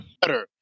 better